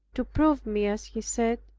to prove me, as he said.